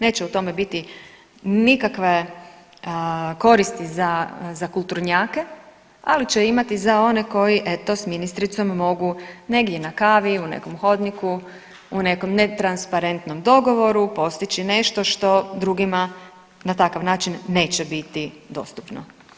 Neće u tome biti nikakve koristi za kulturnjake, ali će imati za one koji eto, s ministricom mogu negdje na kavi, u nekom hodniku, u nekom netransparentnom dogovoru postići nešto što drugima na takav način neće biti dostupno.